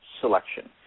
selection